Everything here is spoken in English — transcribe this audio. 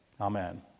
Amen